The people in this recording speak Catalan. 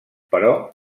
però